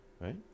right